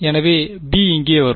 எனவே b இங்கே வரும்